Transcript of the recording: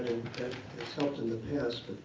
and it has helped in the past,